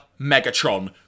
Megatron